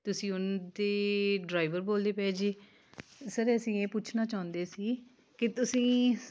ਤੁਸੀਂ ਉਨ੍ਹਾਂ ਦੇ ਡਰਾਈਵਰ ਬੋਲਦੇ ਪਏ ਜੇ ਸਰ ਅਸੀਂ ਇਹ ਪੁੱਛਣਾ ਚਾਹੁੰਦੇ ਸੀ ਕਿ ਤੁਸੀਂ